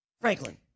Franklin